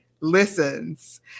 listens